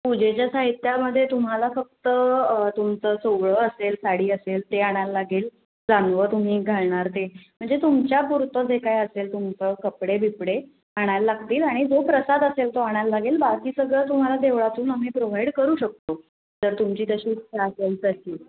पूजेच्या साहित्यामध्ये तुम्हाला फक्त तुमचं सोवळं असेल साडी असेल ते आणायला लागेल जानवं तुम्ही घालणार ते म्हणजे तुमच्यापुरतं जे काय असेल तुमचं कपडे बिपडे आणायला लागतील आणि जो प्रसाद असेल तो आणायला लागेल बाकी सगळं तुम्हाला देवळातून आम्ही प्रोव्हाइड करू शकतो जर तुमची जशी इच्छा असेल तशी